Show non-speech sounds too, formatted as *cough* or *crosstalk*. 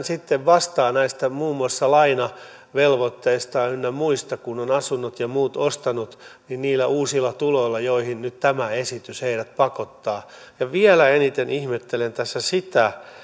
*unintelligible* sitten vastaa muun muassa lainavelvoitteistaan ynnä muista kun on asunnot ja muut ostanut niillä uusilla tuloilla joihin nyt tämä esitys heidät pakottaa vielä eniten ihmettelen tässä sitä